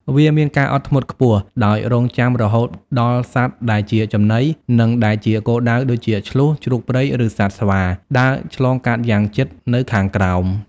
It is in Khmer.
វាមានការអត់ធ្មត់ខ្ពស់ ដោយរង់ចាំរហូតដល់សត្វដែលជាចំណី និងដែលជាគោលដៅ ដូចជាឈ្លូស ជ្រូកព្រៃ ឬសត្វស្វា ដើរឆ្លងកាត់យ៉ាងជិតនៅខាងក្រោម។